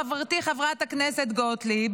חברתי חברת הכנסת גוטליב,